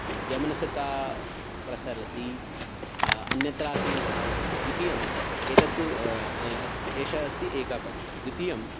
वैमनस्यता प्रसरति अन्यत्रापि तथा भवति द्वितीयं एतद् तु एषः अस्ति एकपक्षः द्वितीयं